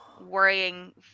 worrying